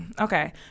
Okay